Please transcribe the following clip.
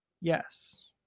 Yes